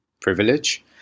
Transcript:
privilege